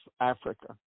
Africa